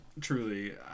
Truly